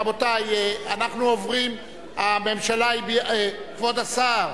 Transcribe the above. רבותי, כבוד השר,